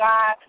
God